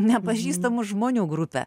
nepažįstamų žmonių grupė